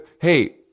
Hey